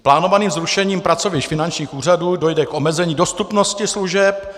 Plánovaným zrušením pracovišť finančních úřadů dojde k omezení dostupnosti služeb.